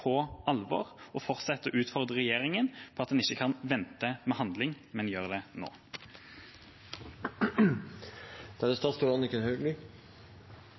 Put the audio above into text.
på sokkelen, opplever, og fortsette å utfordre regjeringa på at en ikke kan vente med handling, men gjør det nå. Bare et par kommentarer. Til representanten Lundteigen er det